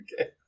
okay